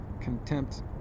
contempt